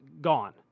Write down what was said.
gone